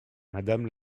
madame